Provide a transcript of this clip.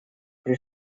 при